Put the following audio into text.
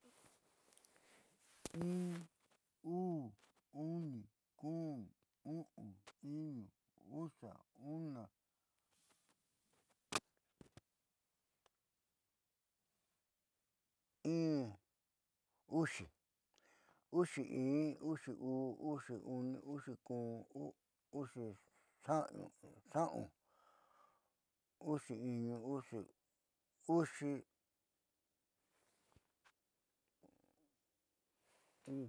In, uu, uni, kun, u'un, iñu, uxa, una, in uxi, uxi in, uxi uu, uxi uni, uxi kun, sa'un, sa'un in, sa'un uu, sa'un uni, sa'un kun, oko.